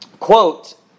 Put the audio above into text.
Quote